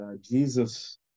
Jesus